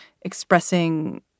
expressing